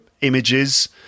images